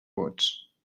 vots